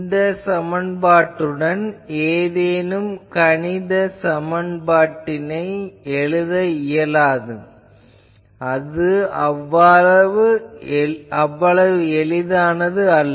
இந்த சமன்பாட்டுடன் ஏதேனும் ஒரு கணித செயல்பாட்டினை எழுத இயலாது இது அவ்வளவு எளிதானது அல்ல